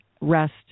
rest